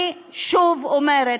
אני שוב אומרת,